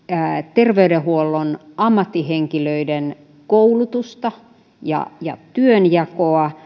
terveydenhuollon ammattihenkilöiden koulutusta ja ja työnjakoa